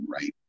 right